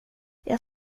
jag